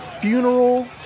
funeral